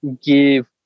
give